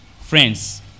Friends